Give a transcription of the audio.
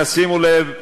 תשימו לב,